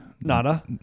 Nada